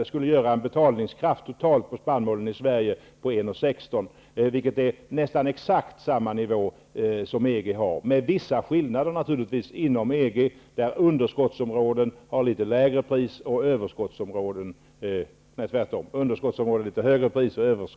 Det skulle innebära en betalningskraft för spannmålen i Sverige på totalt 1,16 kr., vilket är nästan exakt samma nivå som EG:s. Vissa skillnader föreligger naturligtvis inom EG, med underskottsområden som har litet högre pris och överskottsområden som har litet lägre pris.